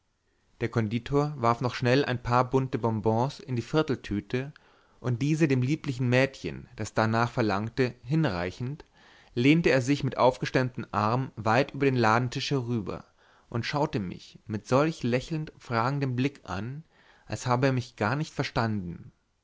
der konditor warf noch schnell ein paar bunte bonbons in die viertel tüte und diese dem lieblichen mädchen das darnach verlangte hinreichend lehnte er sich mit aufgestemmtem arm weit über den ladentisch herüber und schaute mich mit solch lächelnd fragendem blick an als habe er mich gar nicht verstanden